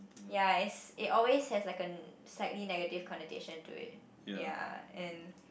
ya it's it always has like a slightly negative connotation to it ya and